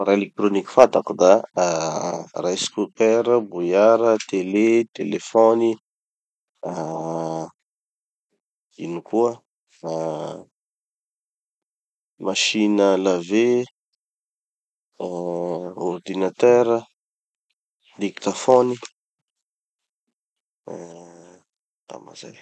Appareils éléctroniques fatako da ah rice cooker, bouillard, télé, téléphone, ah ino koa ah machine à laver, ah ordinateur, dictaphone, ah angamba zay.